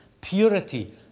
purity